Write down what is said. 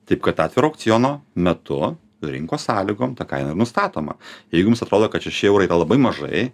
taip kad atviro aukciono metu rinkos sąlygom ta kaina ir nustatoma jeigu jums atrodo kad šeši eurai yra labai mažai